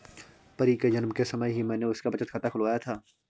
परी के जन्म के समय ही मैने उसका बचत खाता खुलवाया था